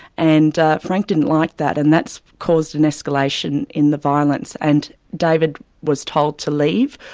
and frank didn't like that, and that's caused an escalation in the violence, and david was told to leave,